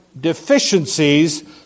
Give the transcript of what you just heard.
deficiencies